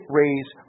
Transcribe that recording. raise